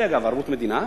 זה אגב ערבות מדינה,